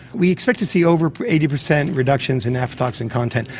we expect to see over eighty percent reductions in aflatoxin content.